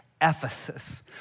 Ephesus